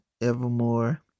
Evermore